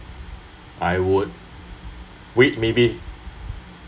I would wait maybe